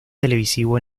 televisivo